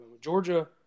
Georgia